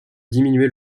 diminuer